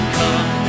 come